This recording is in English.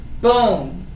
Boom